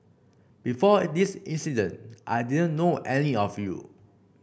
before this incident I didn't know any of you